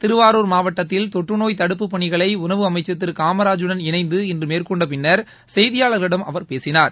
திருவாரூர் மாவட்டத்தில் தொற்று நோய் தடுப்புப் பணிகளை உணவு அமைச்சர் திரு காமராஜூடன் இணைந்து இன்று மேற்கொண்ட பின்னர் செய்தியாளர்களிடம் அவர் பேசினார்